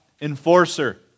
enforcer